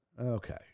Okay